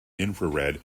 infrared